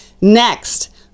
next